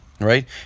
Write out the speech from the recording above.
right